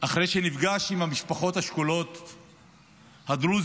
אחרי שנפגש עם המשפחות השכולות הדרוזיות,